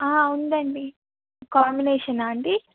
ఉందండి కాంబినేషనా అండి